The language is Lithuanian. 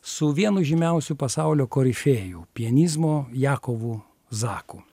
su vienu žymiausių pasaulio korifėjų pianizmo jakovu zaku